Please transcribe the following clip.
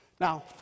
Now